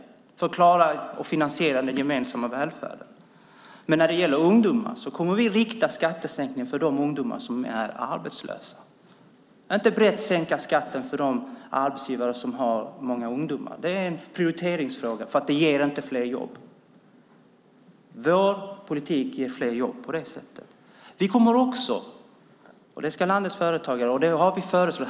Det gör vi för att klara att finansiera den gemensamma välfärden. Men när det gäller ungdomar kommer vi att rikta skattesänkningar mot de ungdomar som är arbetslösa, inte brett sänka skatten för de arbetsgivare som har många ungdomar anställda. Det ger inte fler jobb, men vår politik ger fler jobb. Det är en prioriteringsfråga.